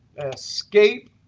escape.